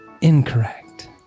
Incorrect